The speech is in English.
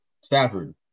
Stafford